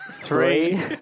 Three